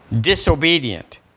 Disobedient